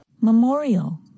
Memorial